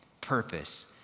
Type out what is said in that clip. purpose